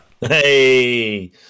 Hey